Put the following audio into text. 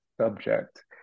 subject